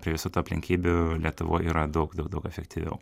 prie visų tų aplinkybių lietuvoj yra daug daug daug efektyviau